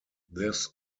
this